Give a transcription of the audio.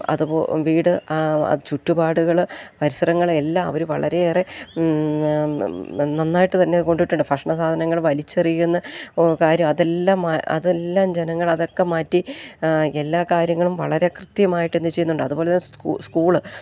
അതുപോ വീട് ചുറ്റുപാടുകൾ പരിസരങ്ങൾ എല്ലാം അവർ വളരെയേറെ നന്നായിട്ടു തന്നെ കൊണ്ടിട്ടുണ്ട് ഭക്ഷണ സാധനങ്ങൾ വലിച്ചെറിയുന്ന കാര്യം അതെല്ലാം അതെല്ലാം ജനങ്ങളതൊക്കെ മാറ്റി എല്ലാ കാര്യങ്ങളും വളരെ കൃത്യമായിട്ടിന്നു ചെയ്യുന്നുണ്ട് അതു പോലെ തന്നെ സ്കൂ സ്കൂൾ